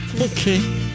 Okay